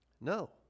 No